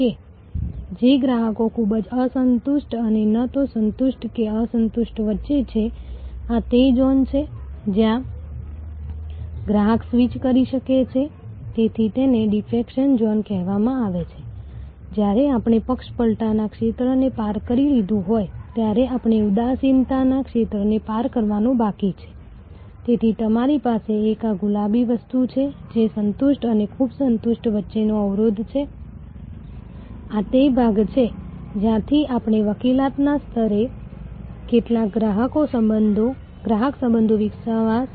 તેથી ગ્રાહકનું મૂલ્ય ગ્રાહકના નફાની અસર હોઈ શકે છે જે ઉત્પાદનના જીવન ચક્રના આધારે બદલાઈ શકે છે અને પ્રારંભિક તબક્કામાં ઉદાહરણ તરીકે પુનરાવર્તિત ગ્રાહક સંતૃપ્તિ તબક્કા કરતાં વધુ મૂલ્યવાન છે જ્યાં તમે જાણો છો કે તેઓ કદાચ કેટલાક કિસ્સાઓમાં ઓછા મૂલ્યના ગ્રાહકોને સેવા આપવા માટે એટલા નફાકારક નથી અમે હમણાં જ તેની ચર્ચા કરીશું